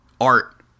art